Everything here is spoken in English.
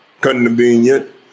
convenient